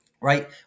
Right